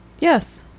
Yes